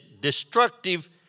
destructive